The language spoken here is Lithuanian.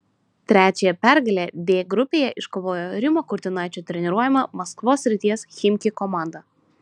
trečiąją pergalę d grupėje iškovojo rimo kurtinaičio treniruojama maskvos srities chimki komanda